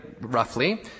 roughly